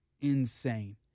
insane